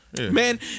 Man